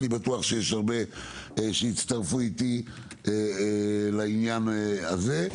אני בטוח שיש הרבה שיצטרפו אתי לעניין הזה.